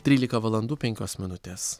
trylika valandų penkios minutės